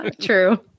True